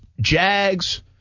Jags